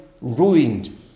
ruined